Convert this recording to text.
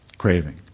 Craving